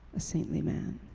a saintly man.